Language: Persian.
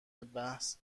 مبحث